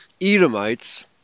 Edomites